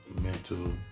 mental